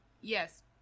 Yes